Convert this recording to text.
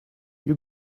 you